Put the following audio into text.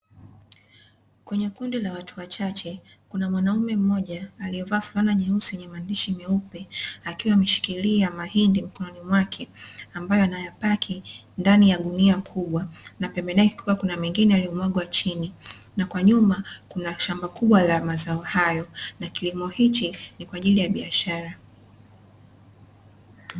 Kwenye kundi la watu wachache kuna mwanamume mmoja aliyevaa fulana nyeusi yenye maandishi meupe akiwa ameshikilia mahindi mikononi mwake ambaye anayapaki ndani ya gunia kubwa. Na pembeni yake kulikua kuna mengine yaliyomwagwa chini. Na kwa nyuma kuna shamba kubwa la mazao hayo na kilimo hichi ni kwa ajili ya biashara.